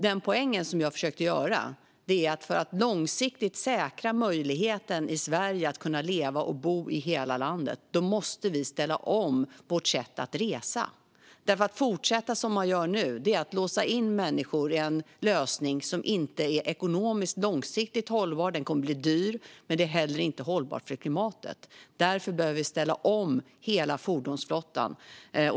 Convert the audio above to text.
Den poäng som jag försökte göra är att vi för att långsiktigt säkra möjligheten i Sverige att leva och bo i hela landet måste ställa om vårt sätt att resa. Att fortsätta som man gör nu är att låsa in människor i en lösning som inte är ekonomiskt långsiktigt hållbar. Den kommer att bli dyr, men den är heller inte hållbar för klimatet. Därför behöver vi ställa om hela fordonsflottan.